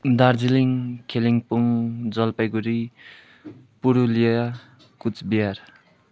Darjeeling Kalimpong Jalpaiguri Purulia Cooch Behar